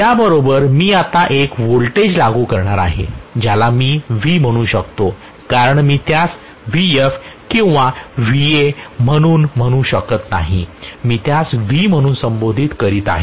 या बरोबर मी आता एक व्होल्टेज लागू करणार आहे ज्याला मी V म्हणू शकतो कारण मी त्यास Vf किंवा Va म्हणून म्हणू शकत नाही मी त्यास V म्हणून संबोधित करीत आहे